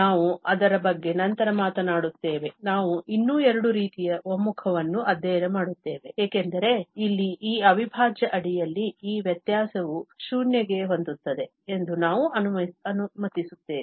ನಾವು ಅದರ ಬಗ್ಗೆ ನಂತರ ಮಾತನಾಡುತ್ತೇವೆ ನಾವು ಇನ್ನೂ ಎರಡು ರೀತಿಯ ಒಮ್ಮುಖವನ್ನು ಅಧ್ಯಯನ ಮಾಡುತ್ತೇವೆ ಏಕೆಂದರೆ ಇಲ್ಲಿ ಈ ಅವಿಭಾಜ್ಯ ಅಡಿಯಲ್ಲಿ ಈ ವ್ಯತ್ಯಾಸವು 0 ಶೂನ್ಯ ಗೆ ಹೋಗುತ್ತದೆ ಎಂದು ನಾವು ಅನುಮತಿಸುತ್ತೇವೆ